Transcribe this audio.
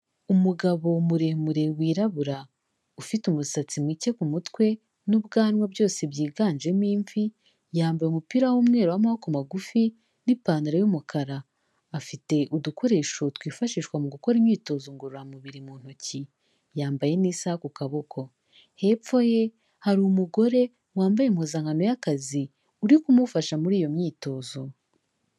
Umugabo muremure, wirabura, ufite umusatsi muke ku mutwe n'ubwanwa byose byiganjemo imvi, yambaye umupira w'umweru w'amaboko magufi n'ipantaro y'umukara, afite udukoresho twifashishwa mu gukora imyitozo ngororamubiri mu ntoki, yambaye n'isaha ku kaboko, hepfo ye hari umugore wambaye impuzankano y'akazi uri kumufasha muri iyo myitozo.